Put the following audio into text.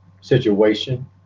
situation